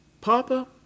Papa